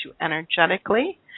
energetically